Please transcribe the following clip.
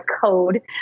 code